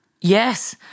Yes